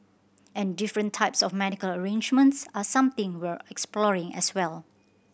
and different types of medical arrangements are something we're exploring as well